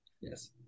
Yes